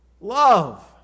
love